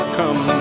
come